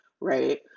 Right